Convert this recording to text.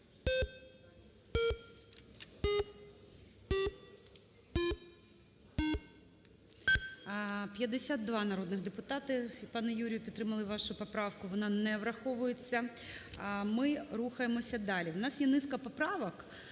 52 народних депутати, пане Юрію, підтримали вашу поправку. Вона не враховується. Ми рухаємося далі. У нас є низка поправок: